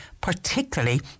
particularly